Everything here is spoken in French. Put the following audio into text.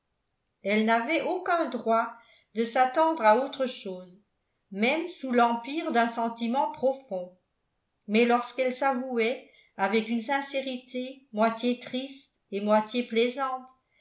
elle n'avait aucun droit de s'attendre à autre chose même sous l'empire d'un sentiment profond mais lorsqu'elle s'avouait avec une sincérité moitié triste et moitié plaisante